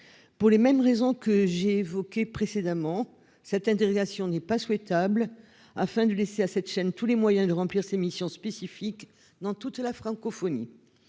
Pour les mêmes raisons que j'évoquais précédemment. Cette interrogation n'est pas souhaitable afin de laisser à cette chaîne tous les moyens de remplir ses missions spécifiques dans toute la francophonie.